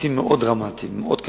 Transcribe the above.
הקיצוצים היו מאוד דרמטיים, מאוד קשים.